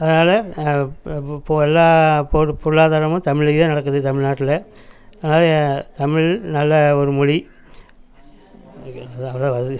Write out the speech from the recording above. அதனால் எல்லாம் பொருளாதாரமும் தமிழ்லயே நடக்குது தமிழ் நாட்டில அதாவது தமிழ் நல்ல ஒரு மொழி